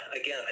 Again